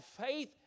faith